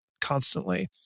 constantly